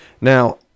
Now